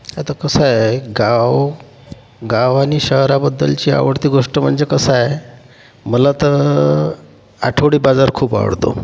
आता कसं आहे गाव गाव आणि शहराबद्दलची आवडती गोष्ट म्हणजे कसं आहे मला तर आठवडी बाजार खूप आवडतो